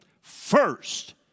First